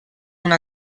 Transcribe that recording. una